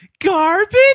Garbage